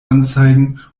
anzeigen